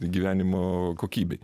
gyvenimo kokybei